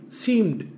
seemed